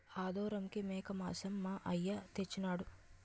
ఆదోరంకి మేకమాంసం మా అయ్య తెచ్చెయినాడు